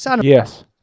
Yes